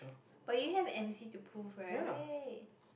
but you have M_C to prove right